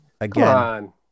Again